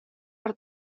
per